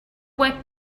web